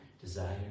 desire